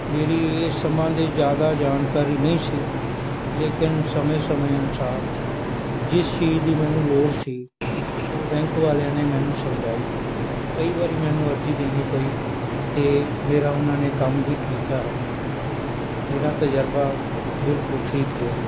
ਮੇਰੀ ਇਸ ਸੰਬੰਧ ਵਿੱਚ ਜ਼ਿਆਦਾ ਜਾਣਕਾਰੀ ਨਹੀਂ ਸੀ ਲੇਕਿਨ ਸਮੇਂ ਸਮੇਂ ਅਨੁਸਾਰ ਜਿਸ ਚੀਜ਼ ਦੀ ਮੈਨੂੰ ਲੋੜ ਸੀ ਉਹ ਬੈਂਕ ਵਾਲਿਆਂ ਨੇ ਮੈਨੂੰ ਸਮਝਾਈ ਕਈ ਵਾਰੀ ਮੈਨੂੰ ਅਰਜ਼ੀ ਦੇਣੀ ਪਈ ਅਤੇ ਮੇਰਾ ਉਨ੍ਹਾਂ ਨੇ ਕੰਮ ਵੀ ਕੀਤਾ ਹੈ ਮੇਰਾ ਤਜ਼ਰਬਾ ਬਿਲਕੁਲ ਠੀਕ ਰਿਹਾ